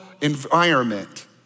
environment